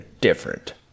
different